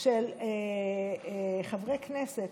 של חברי כנסת,